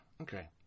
Okay